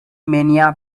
mania